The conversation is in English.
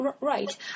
right